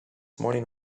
morning